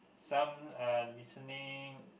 some are listening